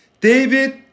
David